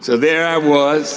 so there i was